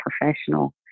professional